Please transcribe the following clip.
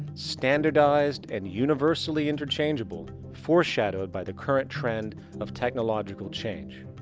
standardized and universally interchangeable, foreshadowed by the current trend of technological change.